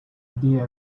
idea